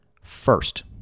first